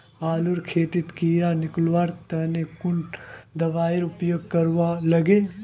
आलूर खेतीत कीड़ा निकलवार तने कुन दबाई उपयोग करवा लगे?